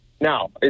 Now